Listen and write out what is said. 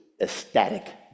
ecstatic